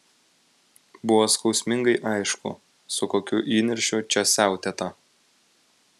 buvo skausmingai aišku su kokiu įniršiu čia siautėta